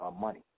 money